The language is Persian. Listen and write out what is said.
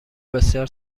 بسیار